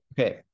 okay